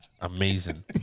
amazing